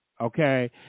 Okay